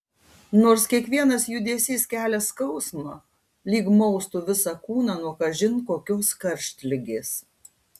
nors kiekvienas judesys kelia skausmą lyg maustų visą kūną nuo kažin kokios karštligės